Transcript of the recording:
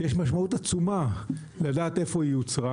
כשיש משמעות עצומה לדעת איפה היא יוצרה